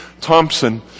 Thompson